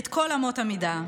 את כל אמות המידה,